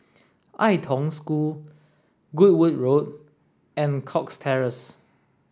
Ai Tong School Goodwood Road and Cox Terrace